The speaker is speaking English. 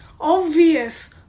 obvious